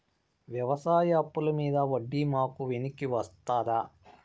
వ్యవసాయ అప్పుల మీద వడ్డీ మాకు వెనక్కి వస్తదా?